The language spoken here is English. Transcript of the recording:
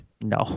No